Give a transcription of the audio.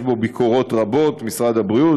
יש בו ביקורות רבות של משרד הבריאות,